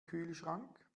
kühlschrank